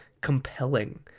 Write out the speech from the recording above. compelling